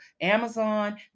Amazon